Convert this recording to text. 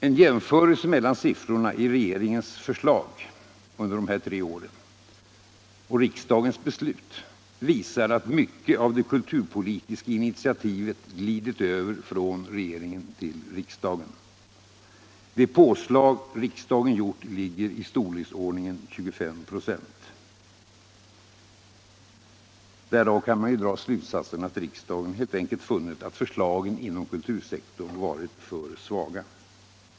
En jämförelse mellan siffrorna i regeringens förslag under de här tre åren och riksdagens beslut visar att mycket av det kulturpolitiska initiativet glidit över från regeringen till riksdagen. De påslag riksdagen gjort ligger i storleksordningen 25 a. Därav kan man ju dra slutsatsen att riksdagen helt enkelt funnit att förslagen inom kultursektorn varit alltför svaga.